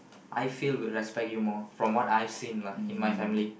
I feel will respect you more from what I seen lah in my family